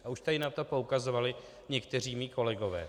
A už tady na to poukazovali někteří mí kolegové.